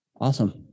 Awesome